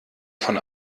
von